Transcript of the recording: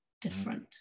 different